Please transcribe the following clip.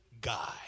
guy